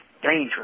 Danger